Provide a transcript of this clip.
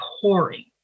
pouring